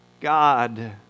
God